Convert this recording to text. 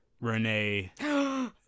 Renee